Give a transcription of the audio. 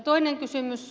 toinen kysymys